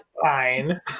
Fine